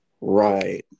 right